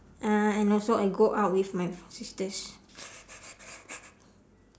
uh and also I go out with my sisters